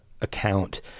account